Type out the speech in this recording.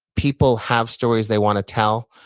people have stories they want to tell,